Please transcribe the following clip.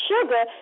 sugar